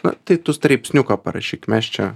na tai tu straipsniuką parašyk mes čia